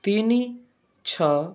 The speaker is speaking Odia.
ତିନି ଛଅ